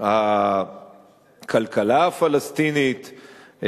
הכלכלה הפלסטינית,